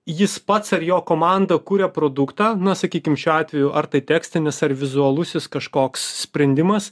jis pats ar jo komanda kuria produktą na sakykim šiuo atveju ar tai tekstinis ar vizualusis kažkoks sprendimas